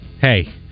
hey